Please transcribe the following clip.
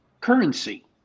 currency